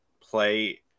play –